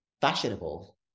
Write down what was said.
fashionable